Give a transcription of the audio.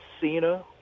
Cena